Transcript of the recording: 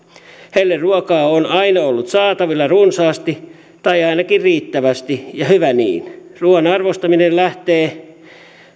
heille ruokaa on aina ollut saatavilla runsaasti tai ainakin riittävästi ja hyvä niin ruuan arvostaminen lähtee